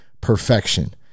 perfection